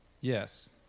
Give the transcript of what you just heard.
Yes